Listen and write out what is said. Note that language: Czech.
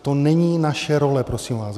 To není naše role prosím vás.